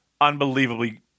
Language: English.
Unbelievably